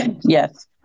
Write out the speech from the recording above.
Yes